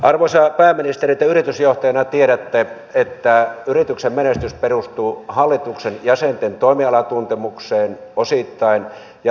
arvoisa pääministeri te yritysjohtajana tiedätte että yrityksen menestys perustuu hallituksen jäsenten toimialatuntemukseen osittain ja toimitusjohtajan työskentelyyn